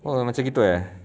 oh macam gitu eh